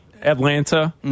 Atlanta